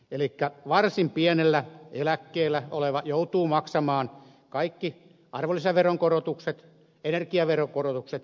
elikkä varsin pienellä eläkkeellä oleva joutuu maksamaan kaikki arvonlisäveron korotukset energiaveron korotukset aivan täysimääräisenä